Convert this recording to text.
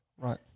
right